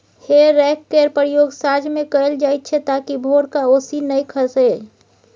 हे रैक केर प्रयोग साँझ मे कएल जाइत छै ताकि भोरक ओस नहि खसय